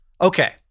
Okay